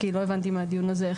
כי לא הבנתי מהדיון הזה.